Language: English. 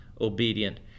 obedient